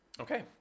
Okay